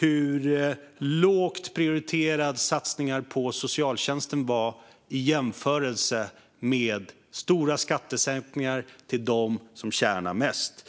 hur lågt prioriterade satsningar på socialtjänsten var i jämförelse med stora skattesänkningar till dem som tjänar mest.